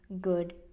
good